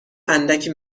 اندکی